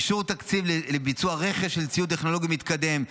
אושר תקציב לביצוע רכש לציוד טכנולוגי מתקדם,